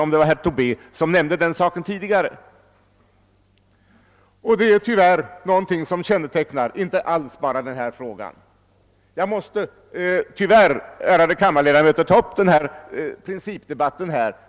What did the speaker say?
Men vi lever i en annan värld nu; utvecklingen har gått så otroligt fort att förhållandena i dag inte är desamma som år 1961.